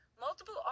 multiple